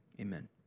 amen